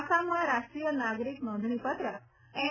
આસામમાં રાષ્ટ્રીય નાગરિક નોંધણીપત્રક એન